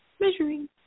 measuring